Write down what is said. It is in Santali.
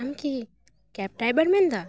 ᱟᱢᱠᱤ ᱠᱮᱯᱴᱟᱭᱵᱟᱨ ᱢᱮᱱᱮᱫᱟ